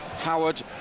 Howard